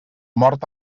mort